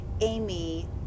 Amy